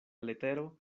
letero